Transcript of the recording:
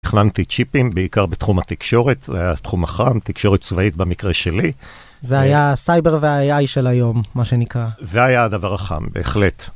נחלמתי צ'יפים בעיקר בתחום התקשורת, זה היה תחום חם, תקשורת צבאית במקרה שלי. זה היה הסייבר והאיי איי של היום, מה שנקרא. זה היה הדבר החם, בהחלט.